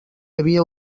havia